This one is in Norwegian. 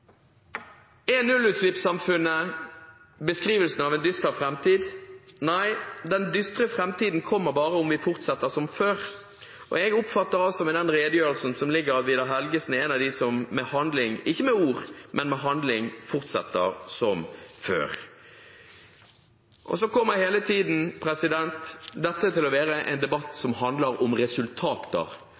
Er nullutslippssamfunnet beskrivelsen av en dyster framtid? Nei, den dystre framtiden kommer bare om vi fortsetter som før. Jeg oppfatter med den redegjørelsen som er lagt fram, at Vidar Helgesen er en av dem som med handling – ikke med ord – fortsetter som før. Så kommer dette hele tiden til å være en debatt som handler om resultater,